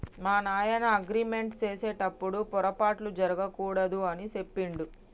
మా నాయన అగ్రిమెంట్ సేసెటప్పుడు పోరపాట్లు జరగకూడదు అని సెప్పిండు